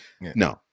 No